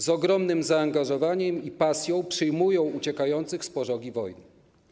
Z ogromnym zaangażowaniem i pasją przyjmują uciekających z pożogi wojny.